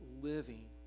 living